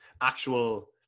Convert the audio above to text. actual